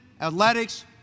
athletics